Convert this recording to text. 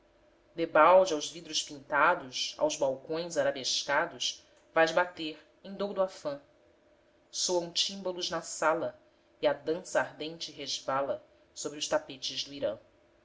debalde aos vidros pintados aos balcões arabescados vais bater em doudo afã soam tímbalos na sala e a dança ardente resvala sobre os tapetes do irã